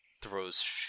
throws